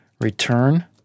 Return